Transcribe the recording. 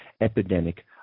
epidemic